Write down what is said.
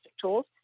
tools